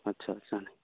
ਅੱਛਾ ਅੱਛਾ